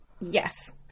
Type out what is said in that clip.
Yes